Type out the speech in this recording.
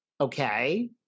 okay